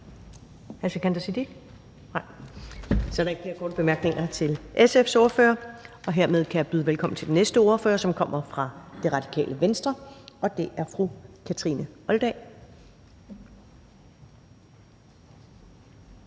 Så er der ikke flere korte bemærkninger til SF's ordfører, og hermed kan jeg byde velkommen til den næste ordfører, som kommer fra Radikale Venstre, og det er fru Kathrine Olldag.